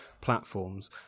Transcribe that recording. platforms